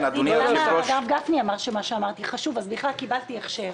הרב גפני אמר שמה שאמרתי חשוב אז בכלל קיבלתי הכשר.